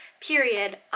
period